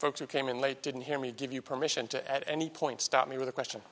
folks who came in late didn't hear me give you permission to at any point stop me with a question